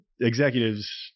executives